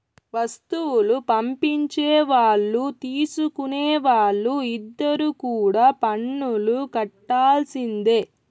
వస్తువులు పంపించే వాళ్ళు తీసుకునే వాళ్ళు ఇద్దరు కూడా పన్నులు కట్టాల్సిందే